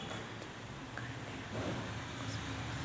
गव्हाच्या पिकाले हवामान कस पायजे?